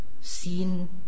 seen